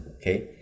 Okay